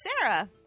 Sarah